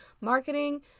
marketing